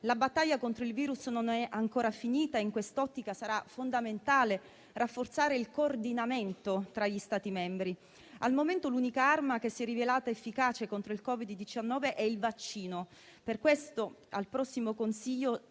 La battaglia contro il virus non è ancora finita e in quest'ottica sarà fondamentale rafforzare il coordinamento tra gli Stati membri. Al momento l'unica arma che si è rivelata efficace contro il Covid-19 è il vaccino; per questo il prossimo Consiglio